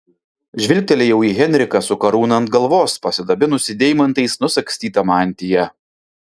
žvilgtelėjau į henriką su karūna ant galvos pasidabinusį deimantais nusagstyta mantija